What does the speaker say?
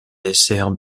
dessert